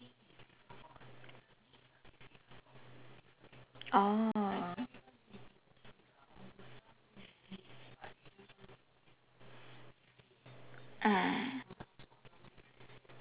oh ah